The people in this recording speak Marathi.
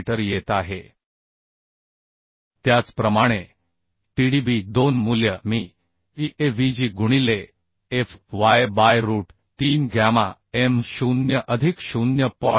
4 kilo त्याचप्रमाणे Tdb2 मूल्य मी Avg गुणिले Fy by root 3 gamma m 0 अधिक 0